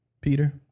Peter